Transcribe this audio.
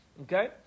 Okay